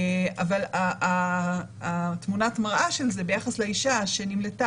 אבל תמונת המראה של זה ביחס לאישה שנמלטה